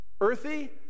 earthy